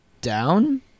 down